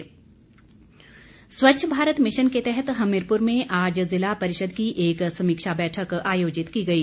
स्वच्छ भारत स्वच्छ भारत मिशन के तहत हमीरपुर में आज ज़िला परिषद की एक समीक्षा बैठक आयोजित की गई